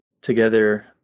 together